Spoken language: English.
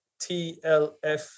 tlf